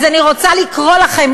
אז אני רוצה לקרוא לכם,